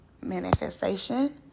manifestation